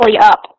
up